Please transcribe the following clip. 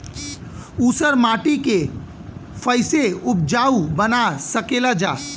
ऊसर माटी के फैसे उपजाऊ बना सकेला जा?